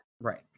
Right